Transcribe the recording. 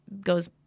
goes